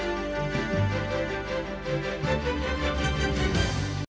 Дякую.